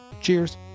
cheers